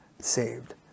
saved